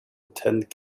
attend